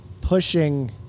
pushing